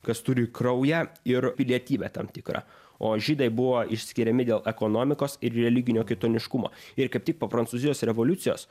kas turi kraują ir pilietybę tam tikrą o žydai buvo išskiriami dėl ekonomikos ir religinio kitoniškumo ir kaip tik po prancūzijos revoliucijos